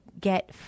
get